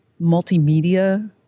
multimedia